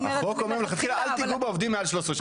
החוק אומר אל תיגעו בעובדים מעל 13 שנים.